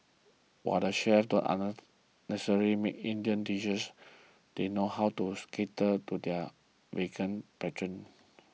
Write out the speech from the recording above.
while the chefs don't make Indian dishes they know how to cater to their vegan patrons